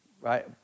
Right